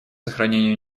сохранению